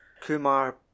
Kumar